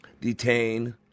Detain